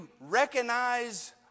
recognize